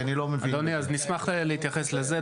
אני אשמח להתייחס לזה.